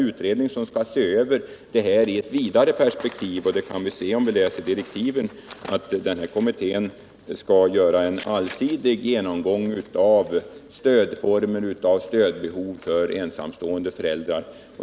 Utredningen skall se över detta spörsmål i ett vidare perspektiv, såsom vi kan se om vi läser direktiven. Kommittén skall göra en allsidig genomgång av stödformer och stödbehov för föräldrar.